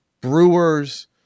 Brewers